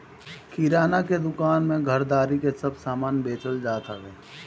किराणा के दूकान में घरदारी के सब समान बेचल जात हवे